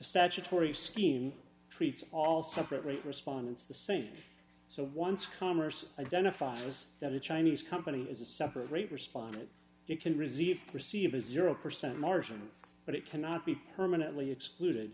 statutory scheme treats all separately respondents the same so once commerce identifies just that a chinese company is a separate respondent you can receive receive a zero percent margin but it cannot be permanently excluded